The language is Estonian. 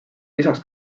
lisaks